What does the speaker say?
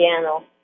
piano